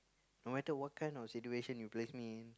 no matter what kind of situation you place me in